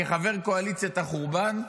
כחבר קואליציית החורבן,